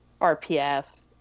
RPF